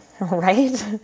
right